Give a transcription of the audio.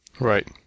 Right